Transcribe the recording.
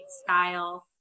style